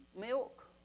milk